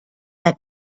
that